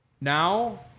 now